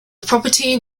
property